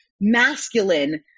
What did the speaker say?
masculine